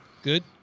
good